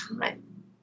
time